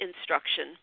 instruction